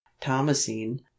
thomasine